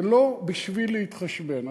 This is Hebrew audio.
ולא בשביל להתחשבן,